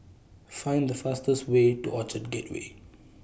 Find The fastest Way to Orchard Gateway